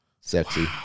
sexy